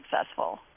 successful